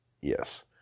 Yes